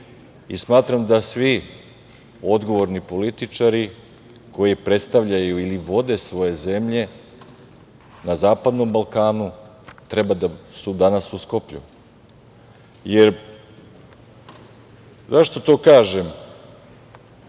i smatram da svi odgovorni političari koji predstavljaju ili vode svoje zemlje na Zapadnom Balkanu treba da su danas u Skoplju.Zašto to kažem?